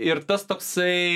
ir tas toksai į